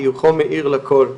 וחיוכו מאיר לכול.